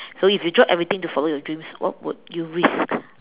so if you drop everything to follow your dreams what would you risk